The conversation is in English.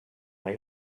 may